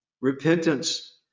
Repentance